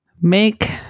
Make